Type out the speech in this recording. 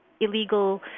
illegal